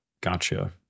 Gotcha